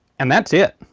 and that's it,